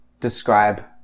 describe